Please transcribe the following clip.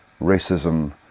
racism